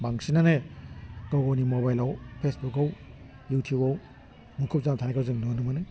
बांसिनानो गावगावनि मबाइलआव फेसबुकआव इउटुबाव मुखुब जाथारनायखौ जों नुनो मोनो